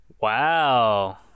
wow